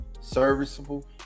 serviceable